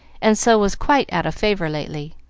and so was quite out of favor lately.